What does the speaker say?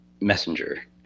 messenger